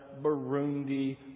Burundi